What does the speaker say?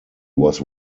was